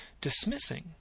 dismissing